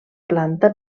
planta